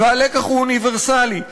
והלקח הוא אוניברסלי,